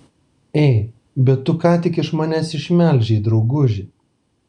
ei bet tu ką tik iš manęs išmelžei drauguži